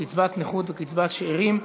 קצבת נכות וקצבת שאירים),